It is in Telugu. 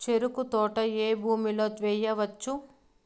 చెరుకు తోట ఏ భూమిలో వేయవచ్చు?